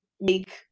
make